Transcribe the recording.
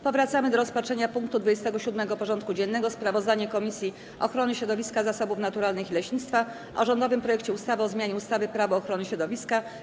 Powracamy do rozpatrzenia punktu 27. porządku dziennego: Sprawozdanie Komisji Ochrony Środowiska, Zasobów Naturalnych i Leśnictwa o rządowym projekcie ustawy o zmianie ustawy Prawo ochrony środowiska.